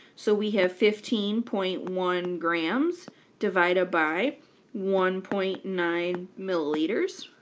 so we have fifteen point one grams divided by one point nine milliliters.